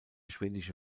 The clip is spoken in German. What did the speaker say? schwedische